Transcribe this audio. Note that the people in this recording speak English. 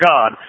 God